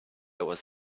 was